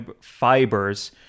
fibers